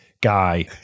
guy